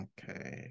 Okay